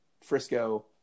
Frisco